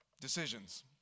decisions